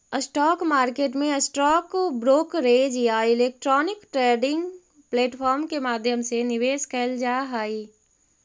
stock market में stock brokerage या electronic trading platform के माध्यम से निवेश कैल जा हइ